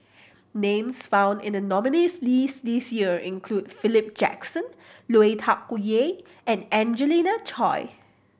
names found in the nominees' list this year include Philip Jackson Lui Tuck Yew and Angelina Choy